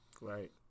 Right